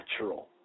natural